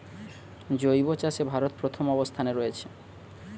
জৈব চাষে ভারত প্রথম অবস্থানে রয়েছে